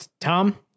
tom